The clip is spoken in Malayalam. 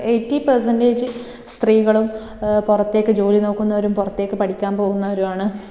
എയ്റ്റി പേർസെൻ്റേജ് സ്ത്രീകളും പുറത്തേക്ക് ജോലി നോക്കുന്നവരും പുറത്തേക്ക് പഠിക്കാൻ പോകുന്നവരുമാണ്